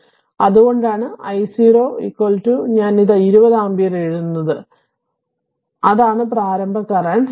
അതിനാൽ അതുകൊണ്ടാണ് I0 ഞാൻ ഇത് 20 ആമ്പിയർ എഴുതുന്നത് അതാണ് പ്രാരംഭ കറന്റ്